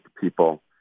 People